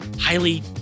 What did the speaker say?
highly